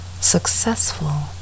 successful